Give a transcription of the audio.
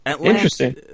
Interesting